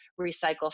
recycle